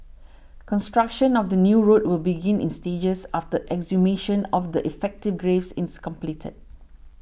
construction of the new road will begin in stages after exhumation of the effected graves is completed